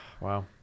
Wow